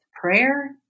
prayer